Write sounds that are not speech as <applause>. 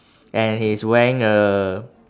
<breath> and he's wearing a